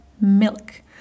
milk